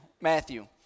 Matthew